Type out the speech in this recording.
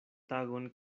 tagon